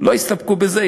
לא הסתפקו בזה.